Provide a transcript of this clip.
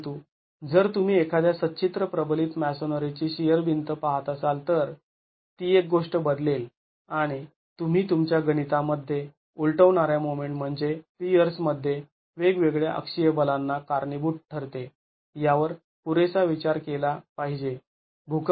परंतु जर तुम्ही एखाद्या सच्छिद्र प्रबलित मॅसोनरीची शिअर भिंत पाहत असाल तर ती एक गोष्ट बदलेल आणि तुम्ही तुमच्या गणितामध्ये उलटवणाऱ्या मोमेंट म्हणजे पिअर्स मध्ये वेगवेगळ्या अक्षीय बलांना कारणीभूत ठरते यावर पुरेसा विचार केला पाहिजे